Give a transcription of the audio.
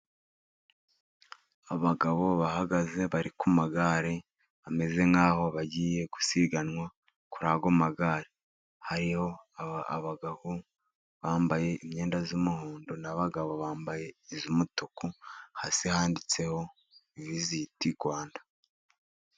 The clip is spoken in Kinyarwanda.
Abagabo bahagaze bari ku magare bameze nk'aho bagiye gusiganwa kuri ayo magare, hariho abagabo bambaye imyenda y'umuhondo, n'abagabo bambaye iy'umutuku, hasi handitseho visiti Rwanda.